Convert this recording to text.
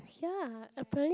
ya apparently